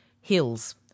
hills